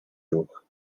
ruch